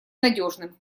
надежным